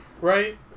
right